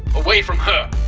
away from her.